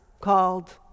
called